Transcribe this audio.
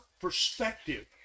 perspective